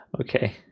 Okay